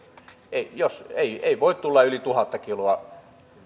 ei ei voi tulla yli tuhatta kiloa